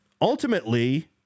ultimately